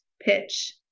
pitch